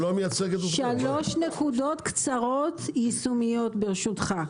שלוש נקודות יישומיות קצרות ברשותך.